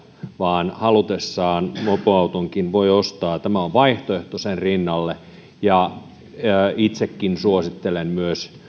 vaan halutessaan mopoautonkin voi ostaa tämä on vaihtoehto sen rinnalle itsekin suosittelen myös